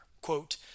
quote